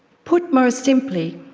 put most simply,